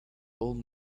old